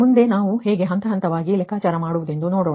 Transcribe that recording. ಮುಂದೆ ನಾವು ಹೇಗೆ ಹಂತ ಹಂತವಾಗಿ ಲೆಕ್ಕಾಚಾರ ಮಾಡುವುದೆಂದು ನೋಡೋಣ